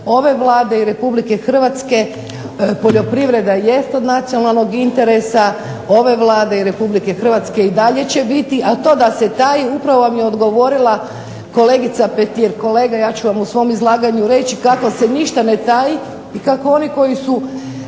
ove Vlade i Republike Hrvatske. Poljoprivreda jest od nacionalnog interesa ove Vlade i Republike Hrvatske i dalje će biti, a to da se taji upravo vam je odgovorila kolegica Petir. Kolega, ja ću vam u svom izlaganju reći kako se ništa ne taji i kako oni kojih